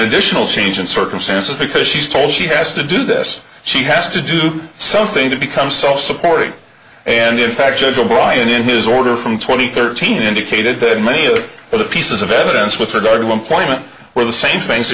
additional change in circumstances because she's told she has to do this she has to do something to become self supporting and in fact gentle bryan in his order from twenty thirteen indicated that many of the pieces of evidence with regard to employment were the same thing